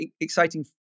exciting